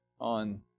on